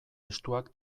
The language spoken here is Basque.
estuak